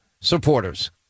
supporters